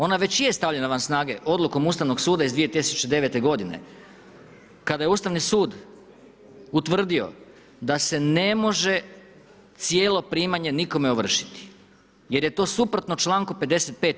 Ona već je stavljena van snage odlukom Ustavnog suda iz 2009. g. kada je Ustavni sud utvrdio da se ne može cijelo primanje nikome ovršiti, jer je to suprotno čl. 55.